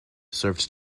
served